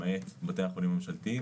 למעט בתי החולים הממשלתיים,